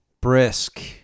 brisk